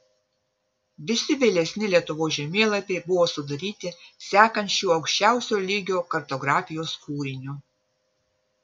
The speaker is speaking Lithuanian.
visi vėlesni lietuvos žemėlapiai buvo sudaryti sekant šiuo aukščiausio lygio kartografijos kūriniu